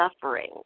suffering